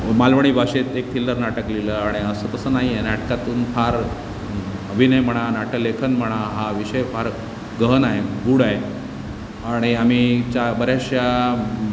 मालवणी भाषेत एक थिल्लर नाटक लिहिलं आणि असं तसं नाही आहे नाटकातून फार अभिनय म्हणा नाटलेखन म्हणा हा विषय फार गहन आहे गूढ आहे आणि आम्ही त्या बऱ्याचशा